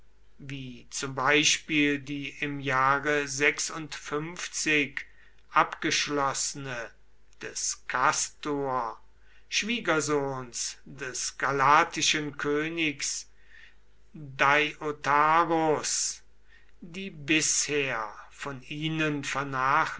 wie zum beispiel die im jahre abgeschlossene des kastor schwiegersohns des galatischen königs deiotarus die bisher von ihnen